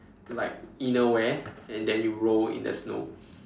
like inner wear and then you roll in the snow